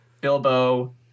Bilbo